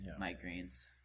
migraines